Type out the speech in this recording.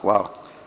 Hvala.